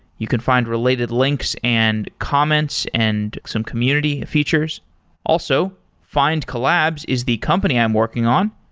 you can find related links and comments and some community features also, findcollabs is the company i'm working on.